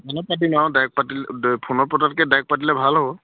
direct পাতিলে ফোনত পতাতকৈ ডাইৰেক্ট পাতিলে ভাল হ'ব